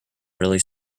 really